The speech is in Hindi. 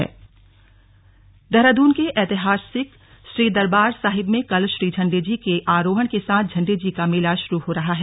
स्लग झंडा आरोहण देहरादून के ऐतिहासिक श्री दरबार साहिब में कल श्री झंडे जी के आरोहण के साथ झंडे जी का मेला श्रू हो रहा है